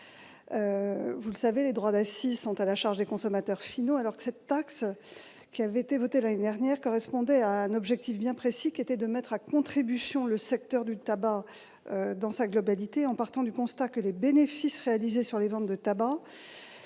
vous le savez, les droits d'accise sont à la charge des consommateurs finaux, alors que la taxe créée l'année dernière correspondait à un objectif bien précis : mettre à contribution le secteur du tabac dans sa globalité, en partant du constat que les bénéfices réalisés sur les ventes de tabac,